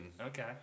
okay